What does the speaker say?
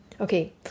okay